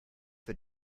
für